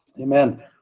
Amen